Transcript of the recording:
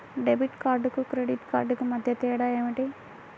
Debit కార్డుకు credit కార్డుకు మధ్య తేడా ఏమిటీ?